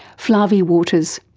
flavie waters.